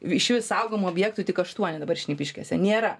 išvis saugomų objektų tik aštuoni dabar šnipiškėse nėra